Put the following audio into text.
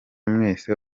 mwese